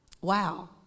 Wow